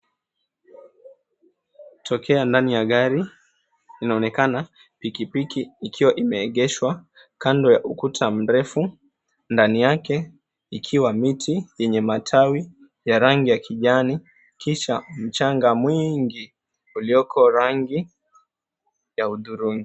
Tokea ndani ya gari, inaonekana pikipiki ikiwa imeegeshwa kando ya ukuta mrefu, ndani yake ikiwa miti yenye matawi ya rangi ya kijani, kisha mchanga mwingi ulioko rangi ya hudhurungi.